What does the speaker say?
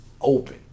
Open